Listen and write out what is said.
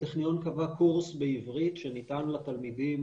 הטכניון קבע קורס בעברית שניתן לתלמידים